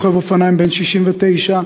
רוכב אופניים בן 69,